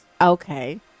Okay